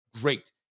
great